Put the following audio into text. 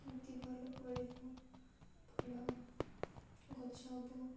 ଏମିତି ଭଲ ଫଳିବ ଭଲ ଗଛ ହବ